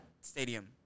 Stadium